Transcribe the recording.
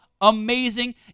amazing